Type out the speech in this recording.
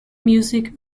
music